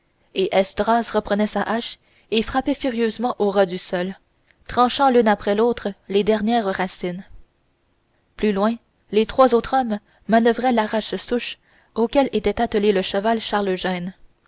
et esdras reprenait sa hache et frappait furieusement ait ras du sol tranchant l'une après l'autre les dernières racines plus loin les trois autres hommes manoeuvraient larrache souches auquel était attelé le cheval